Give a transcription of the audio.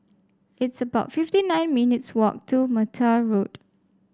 it's about fifty nine minutes' walk to Mattar Road